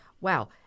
Wow